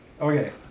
Okay